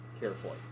carefully